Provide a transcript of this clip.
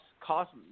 cost